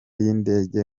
y’indege